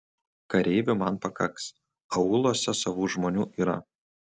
kareivių man pakaks aūluose savų žmonių yra